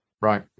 Right